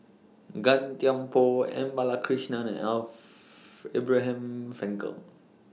Gan Thiam Poh M Balakrishnan and Abraham Frankel